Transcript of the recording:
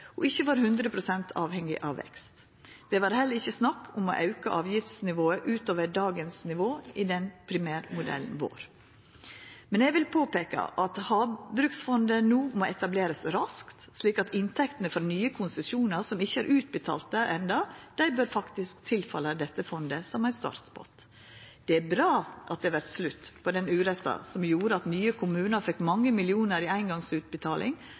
og ikkje vore 100 pst. avhengig av vekst. Det var heller ikkje snakk om å auka avgiftsnivået utover dagens nivå i primærmodellen vår. Men eg vil påpeika at havbruksfondet no må etablerast raskt, slik at inntektene frå nye konsesjonar som enno ikkje er utbetalte, bør tilfalla dette fondet som ein startpott. Det er bra at det vert slutt på den uretten som gjorde at nye kommunar fekk mange millionar i eingongsutbetaling,